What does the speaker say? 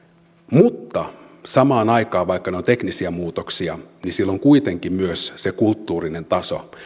mutta samaan aikaan vaikka ne ovat teknisiä muutoksia niillä on kuitenkin myös se kulttuurinen taso